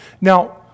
Now